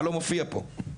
מה לא מופיע פה.